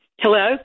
hello